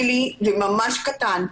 ממש קטן.